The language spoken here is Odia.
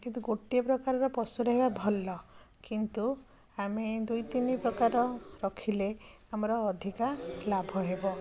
କିନ୍ତୁ ଗୋଟିଏ ପ୍ରକାରର ପଶୁ ରହିବା ଭଲ କିନ୍ତୁ ଆମେ ଦୁଇ ତିନି ପ୍ରକାର ରଖିଲେ ଆମର ଅଧିକା ଲାଭ ହେବ